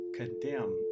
condemn